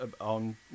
on